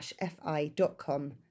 fi.com